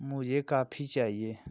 मुझे काफी चाहिए